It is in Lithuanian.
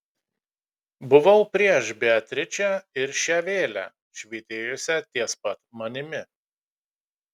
buvau prieš beatričę ir šią vėlę švytėjusią ties pat manimi